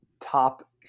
top